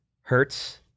hurts